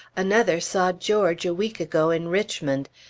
another saw george a week ago in richmond,